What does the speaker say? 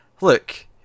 Look